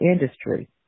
industry